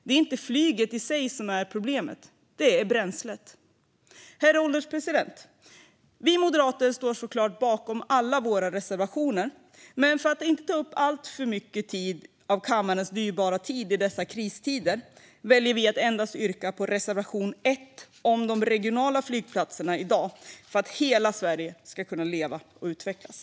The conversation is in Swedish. Det är inte flyget i sig som är problemet, utan det är bränslet. Herr ålderspresident! Vi moderater står såklart bakom alla våra reservationer, men för att inte ta upp alltför mycket av kammarens dyrbara tid i dessa kristider väljer vi i dag att yrka bifall endast till reservation 1 om de regionala flygplatsernas betydelse för att hela Sverige ska kunna leva och utvecklas.